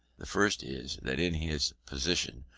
the first is, that in his position,